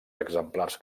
exemplars